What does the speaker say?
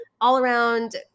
all-around